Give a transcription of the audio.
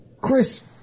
Chris